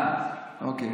אה, אוקיי.